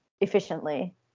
efficiently